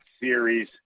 series